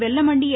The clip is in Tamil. வெல்லமண்டி என்